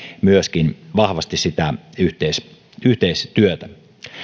myöskin tarvitsemme vahvasti sitä yhteistyötä